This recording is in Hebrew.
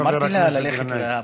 אמרתי לה ללכת הביתה,